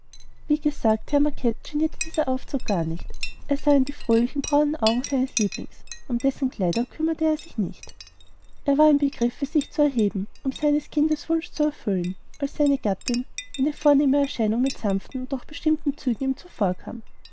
wie gesagt herrn macket genierte dieser aufzug gar nicht er sah in die fröhlichen braunen augen seines lieblings um dessen kleider kümmerte er sich nicht er war im begriffe sich zu erheben um seines kindes wunsch zu erfüllen als seine gattin eine vornehme erscheinung mit sanften und doch bestimmten zügen ihm zuvorkam